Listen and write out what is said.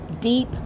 deep